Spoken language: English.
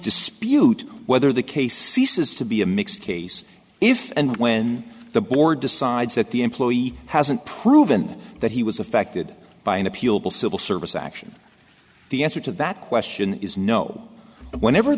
dispute whether the case ceases to be a mixed case if and when the board decides that the employee hasn't proven that he was affected by an appealable civil service action the answer to that question is no but whenever